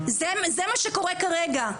זה מה שקורה כרגע.